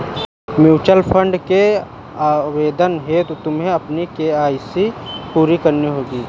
mutual fund के आवेदन हेतु तुम्हें अपनी के.वाई.सी पूरी करनी होगी